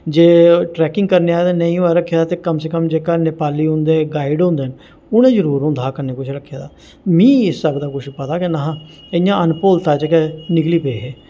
जे trekking करने आह्लें नेईं होऐ रक्खे दा ते कम से कम जेह्का नेपाली उं'दे गाइड होंदे न उ'नें जरूर होंदा हा कन्नै कुछ रक्खे दा मी इस सब दा कुछ पता गै निंहा इ'यां अनभूलता च गै निकली पे हे